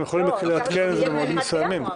הם יכולים לעדכן את זה במועדים מסוימים.